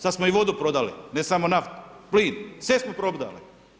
Sad smo i vodu prodali, ne samo naftu, plin, sve smo prodali.